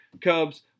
Cubs